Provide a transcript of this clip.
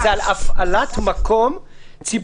גם בירושלים יש גן חיות תנ"כי וזה שטח עצום.